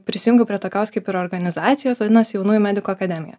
prisijungiau prie tokios kaip ir organizacijos vadinasi jaunųjų medikų akademija